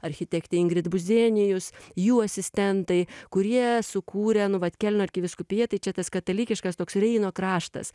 architektė ingrid buzenijus jų asistentai kurie sukūrę nu vat kelno arkivyskupija tai čia tas katalikiškas toks reino kraštas